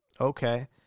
Okay